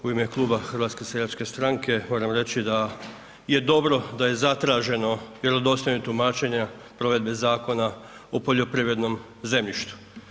U ime kluba HSS-a moram reći da je dobro da je zatraženo vjerodostojno tumačenje provedbe Zakona o poljoprivrednom zemljištu.